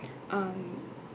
um